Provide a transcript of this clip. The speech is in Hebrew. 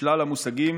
משלל המושגים